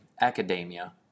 academia